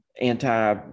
anti